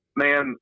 man